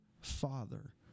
Father